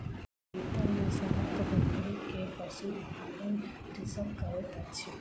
बीतल नस्लक बकरी के पशु पालन कृषक करैत अछि